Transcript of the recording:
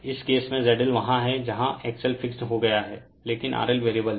इस केस में ZL वहाँ हैं जहाँ XL फिक्स्ड हो गया है लेकिन RL वेरिएबल हैं